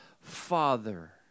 Father